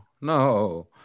no